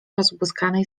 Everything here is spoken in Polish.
rozbłyskanej